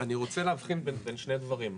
אני רוצה להבחין בין שני דברים,